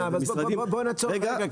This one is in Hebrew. שנייה, אבל בוא נעצור רגע.